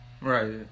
Right